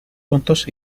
juntos